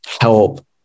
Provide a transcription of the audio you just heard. help